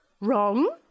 Wrong